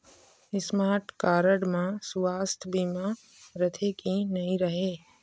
Smart card म सुवास्थ बीमा रथे की नई रहे?